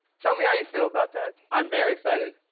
tell me how you feel about that. i'm very excited.